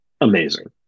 amazing